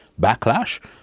backlash—